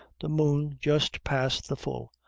the moon just past the full,